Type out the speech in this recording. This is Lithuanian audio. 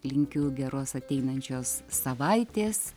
linkiu geros ateinančios savaitės